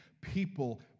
people